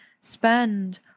spend